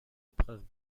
épreuves